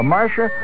Marsha